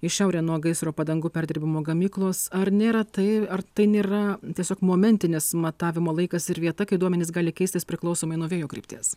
į šiaurę nuo gaisro padangų perdirbimo gamyklos ar nėra tai ar tai nėra tiesiog momentinis matavimo laikas ir vieta kai duomenys gali keistis priklausomai nuo vėjo krypties